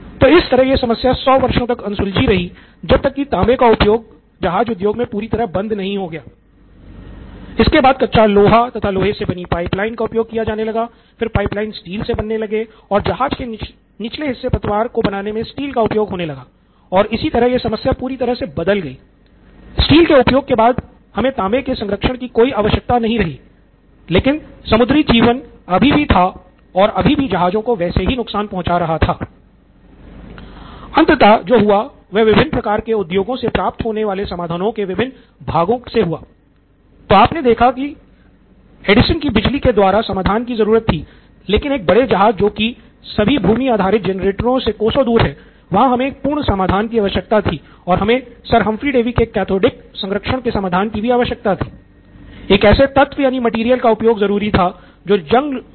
तो इस तरह यह समस्या सौ का उपयोग ज़रूरी था जो ज़ंग लग जाने का नुकसान उठाएगा और समुद्री जीव जन्तु से भी जहाज की रक्षा करेगा